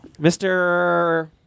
Mr